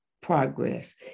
progress